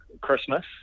Christmas